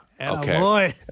Okay